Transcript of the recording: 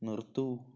നിർത്തൂ